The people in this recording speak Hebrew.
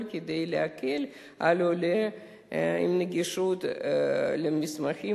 כדי להקל על העולה עם נגישות למסמכים,